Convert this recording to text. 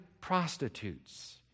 prostitutes